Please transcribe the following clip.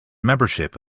membership